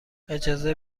اجازه